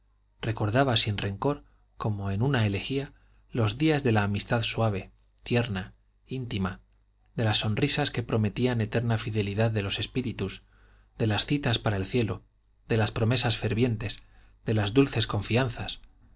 recordaba sin rencor como en una elegía los días de la amistad suave tierna íntima de las sonrisas que prometían eterna fidelidad de los espíritus de las citas para el cielo de las promesas fervientes de las dulces confianzas